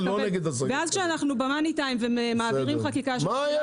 ואז כשאנחנו ב-money time ומעבירים חקיקה שתהיה רגולציה,